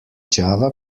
java